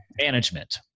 management